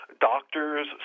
doctors